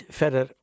verder